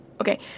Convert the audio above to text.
Okay